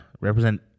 represent